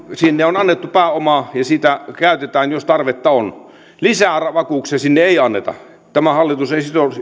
sinne on annettu pääomaa ja sitä käytetään jos tarvetta on lisävakuuksia sinne ei anneta tämä hallitus